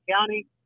County